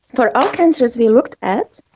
for our cancers we looked at,